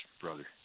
brother